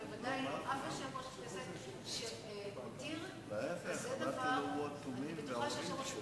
הוא חושב שיש לקצץ תקציבי העברה לפני שיוצרים מקומות עבודה.